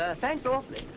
ah thanks awfully.